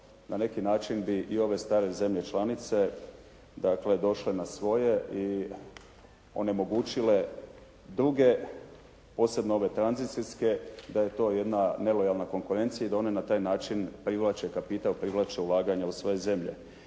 na neki način bi i ove stare zemlje članice došle na svoje i onemogućile druge posebno ove tranzicijske da je to jedna nelojalna konkurencija i da one na taj način privlače kapital, privlače ulaganja u svoje zemlje.